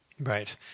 Right